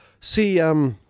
see